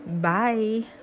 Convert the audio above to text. Bye